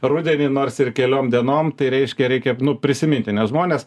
rudenį nors ir keliom dienom tai reiškia reikia prisiminti nes žmonės